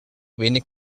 wenig